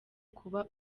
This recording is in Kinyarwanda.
kuba